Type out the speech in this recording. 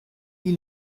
ils